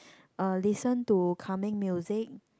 uh listen to calming music